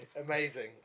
amazing